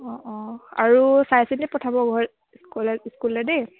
অ অ আৰু চাই চিন্তি পঠাব ঘৰ স্কুলত স্কুললৈ দেই